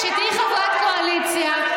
כשתהיי חברת קואליציה,